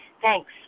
Thanks